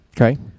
Okay